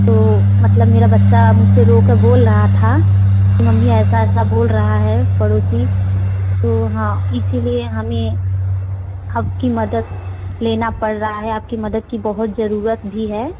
तो मतलब मेरा बच्चा मुझसे रो कर बोल रहा था कि मम्मी ऐसा ऐसा बोल रहा है पड़ोसी तो हाँ इसीलिए हमें आपकी मदद लेना पड़ रहा है आपकी मदद की बहुत ज़रूरत भी है